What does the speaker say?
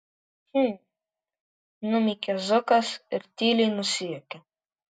hm numykia zukas ir tyliai nusijuokia